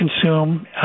consume